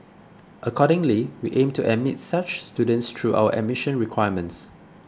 accordingly we aim to admit such students through our admission requirements